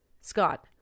Scott